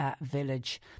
village